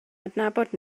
adnabod